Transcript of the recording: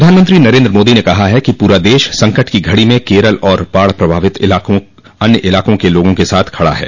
प्रधानमंत्री नरेंद्र मोदी ने कहा है कि पूरा देश संकट की घड़ी में केरल और बाढ़ प्रभावित अन्य इलाकों के लोगों के साथ खड़ा है